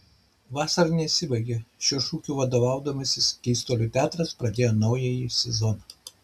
vasara nesibaigia šiuo šūkiu vadovaudamasis keistuolių teatras pradėjo naująjį sezoną